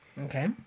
Okay